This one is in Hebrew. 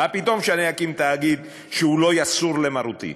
מה פתאום שאני אקים תאגיד שלא יסור למרותי?